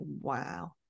wow